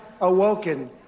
awoken